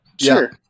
sure